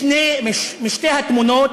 משתי התמונות,